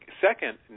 second